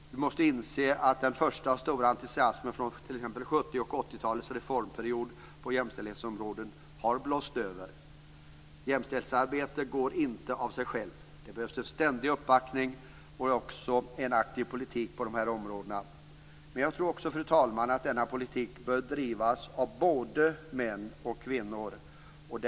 Vi måste inse att den första och stora entusiasmen under 70 och 80-talets reformperiod på jämställdhetsområdet har blåst över. Jämställdhetsarbete går inte av sig själv. Det behövs en ständig uppbackning och därför också en aktiv politik på dessa områden. Men jag tror också, fru talman, att denna politik bör drivas av både kvinnor och män.